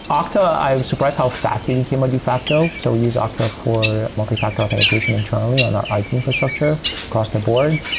octa, i'm surprised how fast they became a de facto. so we use octa for multifactor authentication internally on our it infrastructure across the board,